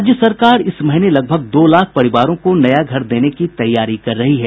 राज्य सरकार इस महीने लगभग दो लाख परिवारों को नया घर देने की तैयारी कर रही है